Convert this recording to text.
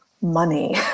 money